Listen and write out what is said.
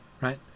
right